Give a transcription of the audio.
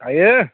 हायो